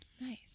Nice